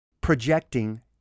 projecting